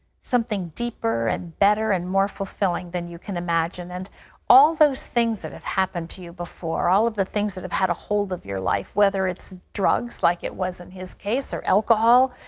something deeper and better and more fulfilling than you can imagine. and all those things that have happened to you before, all of the things that have had a hold of your life, whether it's drugs, like it was in his case, or alcohol,